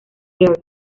girls